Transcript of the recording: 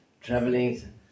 traveling